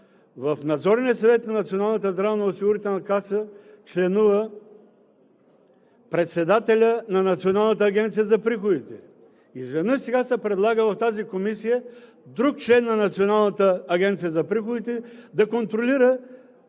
в Надзорния съвет на Националната здравноосигурителна каса членува председателят на Националната агенция за приходите. Изведнъж се предлага в тази комисия друг член на Националната агенция за приходите да контролира